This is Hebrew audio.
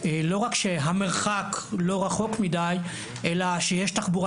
לא רק שהמרחק לא רחוק מידי אלא שיש תחבורה